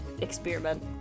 experiment